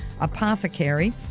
apothecary